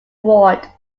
ward